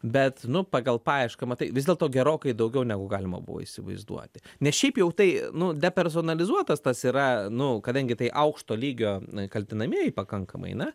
bet nu pagal paiešką matai vis dėlto gerokai daugiau negu galima buvo įsivaizduoti nes šiaip jau tai nu depersonalizuotas tas yra nu kadangi tai aukšto lygio kaltinamieji pakankamai na